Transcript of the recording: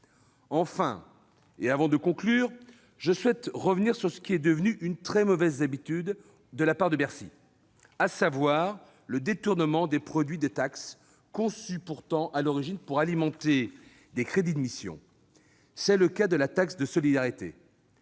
investi. Avant de conclure, je souhaite revenir sur ce qui est devenu une très mauvaise habitude de Bercy, à savoir le détournement des produits des taxes, pourtant conçues pour alimenter des crédits de missions. C'est le cas de la taxe de solidarité,